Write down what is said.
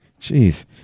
Jeez